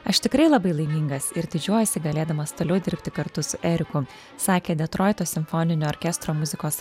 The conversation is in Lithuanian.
aš tikrai labai laimingas ir didžiuojuosi galėdamas toliau dirbti kartu su eriku sakė detroito simfoninio orkestro muzikos